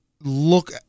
look